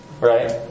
right